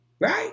Right